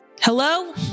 Hello